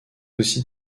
aussi